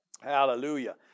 Hallelujah